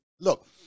Look